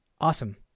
Awesome